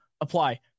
apply